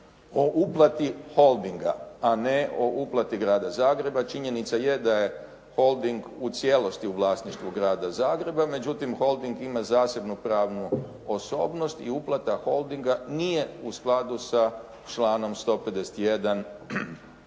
o uplati Holdinga a ne o uplati Grada Zagreba. Činjenica je da je Holding u cijelosti u vlasništvu Grada Zagreba, međutim Holding ima zasebnu pravnu osobnost i uplata Holdinga nije u skladu sa članom 151.